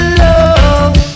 love